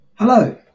Hello